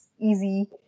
easy